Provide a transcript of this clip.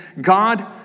God